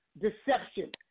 deception